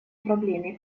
проблеме